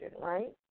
right